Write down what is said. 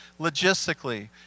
logistically